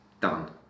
done